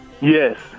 Yes